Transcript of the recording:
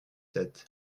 sept